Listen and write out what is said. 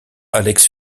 alex